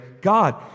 God